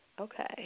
Okay